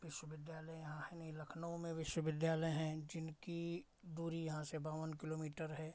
विश्वविद्यालय यहाँ है नहीं लखनऊ में विश्वविद्यालय हैं जिनकी दूरी यहाँ से बावन किलोमीटर है